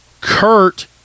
Kurt